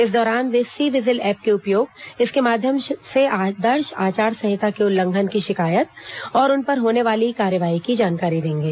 इस दौरान वे सी विजिल एप के उपयोग इसके माध्यम से आदर्श आचार संहिता के उल्लंघन की शिकायत और उन पर होने वाली कार्रवाई की जानकारी देंगे